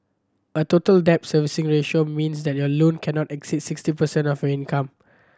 a Total Debt Servicing Ratio means that your loan cannot exceed sixty percent of income